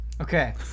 Okay